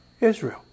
Israel